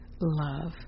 love